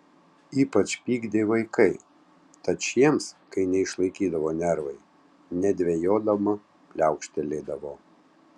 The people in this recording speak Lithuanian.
ypač pykdė vaikai tad šiems kai neišlaikydavo nervai nedvejodama pliaukštelėdavo